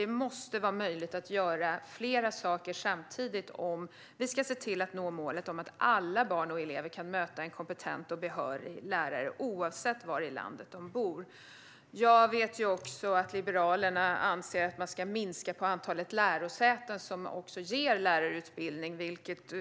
Det måste vara möjligt att göra flera saker samtidigt om vi ska se till att nå målet om att alla barn och elever kan möta en kompetent och behörig lärare oavsett var i landet de bor. Jag vet att Liberalerna anser att man ska minska på antalet lärosäten som ger lärarutbildning,